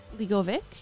Ligovic